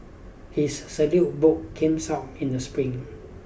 his salute book comes out in the spring